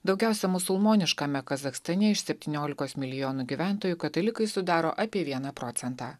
daugiausia musulmoniškame kazachstane iš septyniolikos milijonų gyventojų katalikai sudaro apie vieną procentą